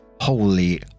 Holy